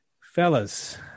fellas